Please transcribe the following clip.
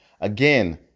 Again